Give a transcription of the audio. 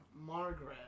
Margaret